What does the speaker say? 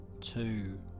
two